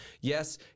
yes